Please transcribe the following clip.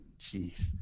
jeez